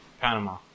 Panama